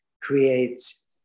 creates